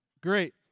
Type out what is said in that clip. Great